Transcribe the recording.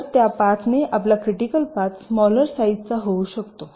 तर त्या पाथने आपला क्रिटिकल पाथ स्मालर साईजचा होऊ शकतो